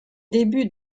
début